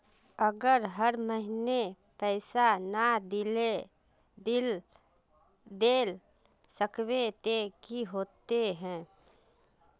अगर हर महीने पैसा ना देल सकबे ते की होते है?